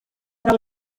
del